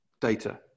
data